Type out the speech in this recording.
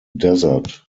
desert